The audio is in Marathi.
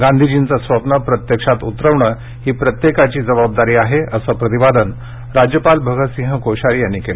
गांधीजींचे स्वप्न प्रत्यक्षात उतरविणे ही प्रत्येकाची जबाबदारी आहेअसे प्रतिपादन राज्यपाल भगत सिंह कोश्यारी यांनी केलं